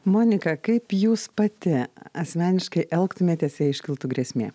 monika kaip jūs pati asmeniškai elgtumėtės jei iškiltų grėsmė